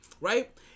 right